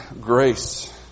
grace